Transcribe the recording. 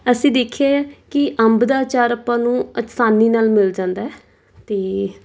ਅਸੀਂ ਦੇਖਿਆ ਕਿ ਅੰਬ ਦਾ ਅਚਾਰ ਆਪਾਂ ਨੂੰ ਆਸਾਨੀ ਨਾਲ ਮਿਲ ਜਾਂਦਾ ਅਤੇ